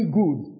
good